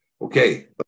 okay